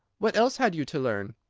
what else had you to learn?